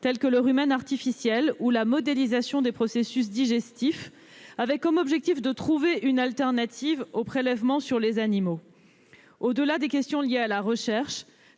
telles que le rumen artificiel ou la modélisation des processus digestifs, avec pour objectif de ne plus opérer de prélèvements sur les animaux. Au-delà des questions liées à la recherche,